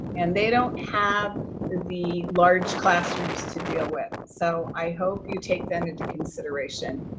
and they don't have the large classrooms to deal with. so i hope you take them into consideration.